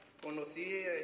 conocí